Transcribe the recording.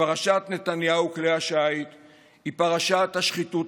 שפרשת נתניהו וכלי השיט היא פרשת השחיתות